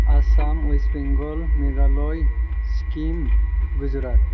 Assam West Bengal Meghalaya Sikkim Gujarat